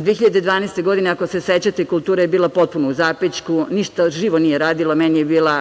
2012. godine, ako se sećate kultura je bila potpuno u zapećku, ništa živo nije radilo. Meni je bila